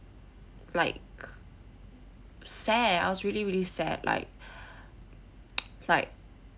like sad I was really really sad like like